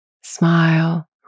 Smile